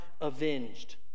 avenged